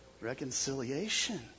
reconciliation